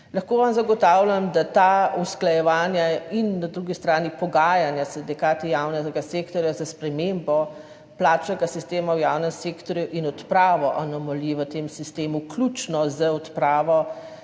Lahko vam zagotavljam, da ta usklajevanja in na drugi strani pogajanja s sindikati javnega sektorja za spremembo plačnega sistema v javnem sektorju in odpravo anomalij v tem sistemu, vključno z odpravo